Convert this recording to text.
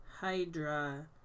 Hydra